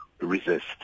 resist